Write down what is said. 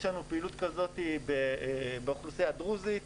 יש לנו פעילות כזאת באוכלוסייה הדרוזית,